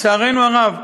לצערנו הרב,